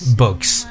books